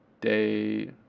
day